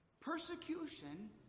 Persecution